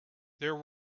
there